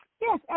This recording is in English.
Yes